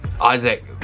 isaac